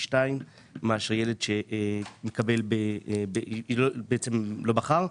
שניים מאשר ילד שהשקיע בסיכון נמוך.